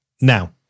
Now